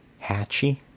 hatchy